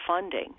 funding